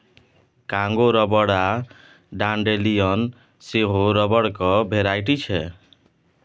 Congo rubber आ dandelion सेहो रबरक भेराइटी छै